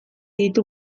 ditu